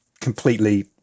completely